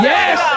Yes